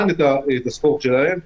שעצרו מזמן את הספורט שלהן,